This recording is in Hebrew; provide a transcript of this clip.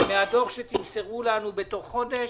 מהדוח שתמסרו לנו בתוך חודש,